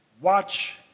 Watch